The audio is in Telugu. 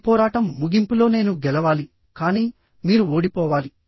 ఈ పోరాటం ముగింపులో నేను గెలవాలి కానీ మీరు ఓడిపోవాలి